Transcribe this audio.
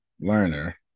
learner